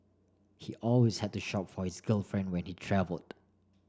he always had to shop for his girlfriend when he travelled